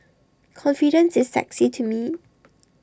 confidence is sexy to me